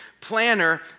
planner